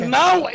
now